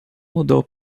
mudou